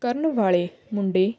ਕਰਨ ਵਾਲੇ ਮੁੰਡੇ